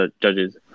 judges